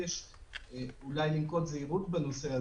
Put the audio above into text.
יושב-ראש איגוד נותני שירותים פיננסיים.